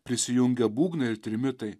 prisijungia būgnai ir trimitai